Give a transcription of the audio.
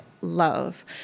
love